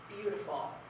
beautiful